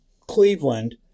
Cleveland